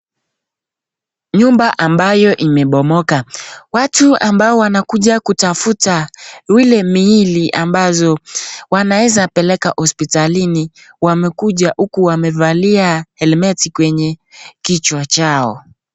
Nyumba ambayo imebomoka. Watu ambao wanakuja kutafuta ili miili ambazo wanaweza peleka hospitalini wamekuja huku wamevalia helmeti kwenye kijwa chao.